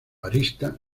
arista